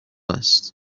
است